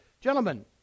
Gentlemen